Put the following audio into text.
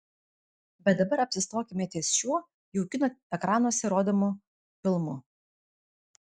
bet dabar apsistokime ties šiuo jau kino ekranuose rodomu filmu